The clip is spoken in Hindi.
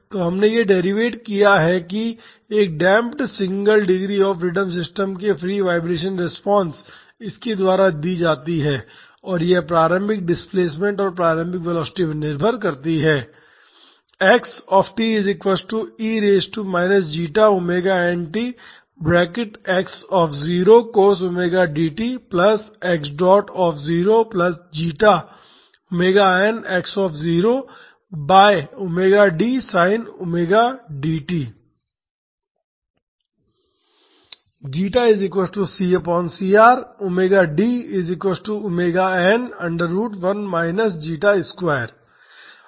तो हमने यह डेरिवेट किया है कि एक damped single degree of freedom system के फ्री वाईब्रेशन रिस्पांस इसके द्वारा दी जाती है और यह प्रारंभिक डिस्प्लेसमेंट और प्रारंभिक वेलोसिटी पर निर्भर करती है